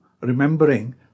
remembering